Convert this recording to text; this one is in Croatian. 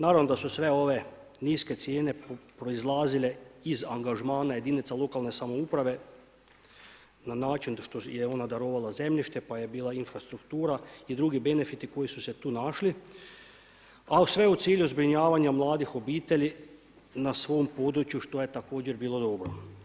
Naravno da su sve ove niske cijene proizlazile iz angažmana jedinica lokalne samouprave na način što je ona darovala zemljište pa je bila infrastruktura i drugi benefiti koji su se tu našli, a sve u cilju zbrinjavanja mladih obitelji na svom području što je također bilo dobro.